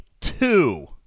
two